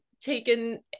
taken